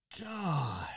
God